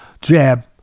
jab